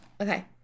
Okay